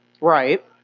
Right